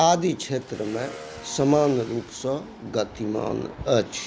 आदि क्षेत्रमे समान रूपसँ गतिमान अछि